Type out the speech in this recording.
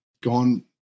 gone